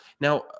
Now